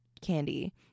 candy